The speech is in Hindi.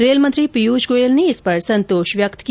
रेलमंत्री पीयूष गोयल ने इस पर संतोष व्यक्त किया